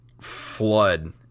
flood